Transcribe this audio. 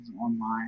online